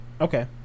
Okay